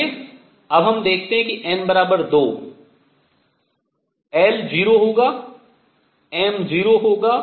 आइए अब देखते हैं n 2 l 0 होगा m 0 होगा